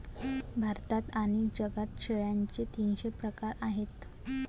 भारतात आणि जगात शेळ्यांचे तीनशे प्रकार आहेत